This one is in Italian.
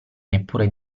neppure